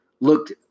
looked